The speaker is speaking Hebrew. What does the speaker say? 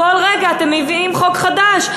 כל רגע אתם מביאים חוק חדש,